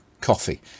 coffee